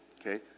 okay